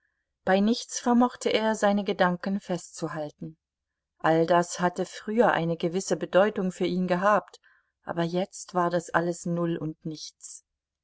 bei nichts vermochte er seine gedanken festzuhalten all das hatte früher eine gewisse bedeutung für ihn gehabt aber jetzt war das alles null und nichts